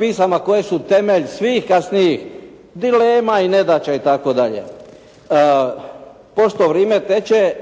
pisama koje su temelj svih kasnijih dilema i nedaća itd. Pošto vrijeme teče,